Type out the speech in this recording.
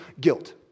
guilt